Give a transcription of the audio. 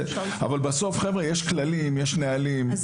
אבל בסוף יש כללים, יש נהלים,